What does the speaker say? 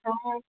हाँ